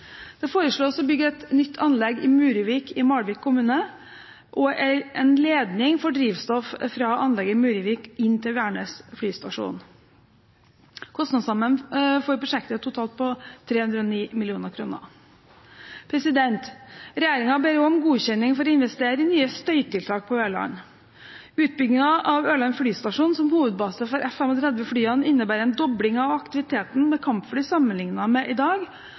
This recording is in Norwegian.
Det foreslås å bygge et nytt anlegg i Muruvik i Malvik kommune og en ledning for drivstoff fra anlegget i Muruvik inn til Værnes flystasjon. Kostnadsrammen for prosjektet er totalt på 309 mill. kr. Regjeringen ber også om godkjenning for å investere i nye støytiltak på Ørland. Utbyggingen av Ørland flystasjon som hovedbase for F-35-flyene innebærer en dobling av aktiviteten med kampfly sammenlignet med i dag,